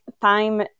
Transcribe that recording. time